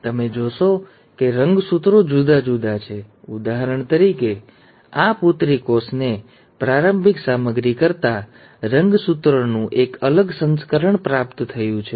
હવે તમે જોશો કે રંગસૂત્રો જુદા જુદા છે ઉદાહરણ તરીકે આ પુત્રી કોષને પ્રારંભિક સામગ્રી કરતા રંગસૂત્રનું એક અલગ સંસ્કરણ પ્રાપ્ત થયું છે